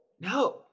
No